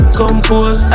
compose